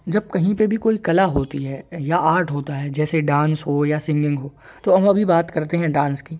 जब कहीं पे भी कोई कला होती है या आर्ट होता है जैसे डांस हो या सिंगिंग हो तो हम अभी बात करते हैं डांस की